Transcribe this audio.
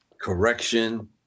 correction